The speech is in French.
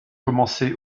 commencé